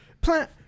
plant